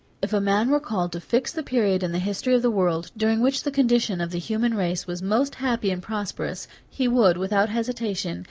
if a man were called to fix the period in the history of the world, during which the condition of the human race was most happy and prosperous, he would, without hesitation,